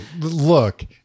look